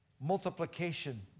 multiplication